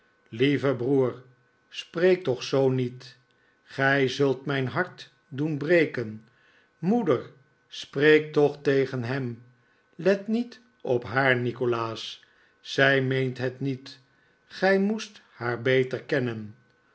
lieve broer spreek toch zoo niet gij zult mijn hart doen breken moeder spreek toch tegen hem let niet op haar nikolaas zij meent het niet gij moest haar beter kennen